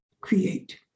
create